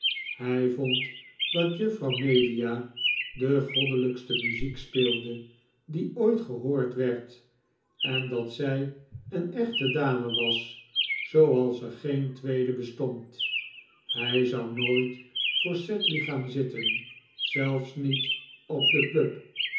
hij vond dat juffrouw melia de goddelijkste muziek speelde die ooit gehoord werd en dat zij een echte dame was zooals er geen tweede bestond hij zou nooit voor sedley gaan zitten zelfs niet op de club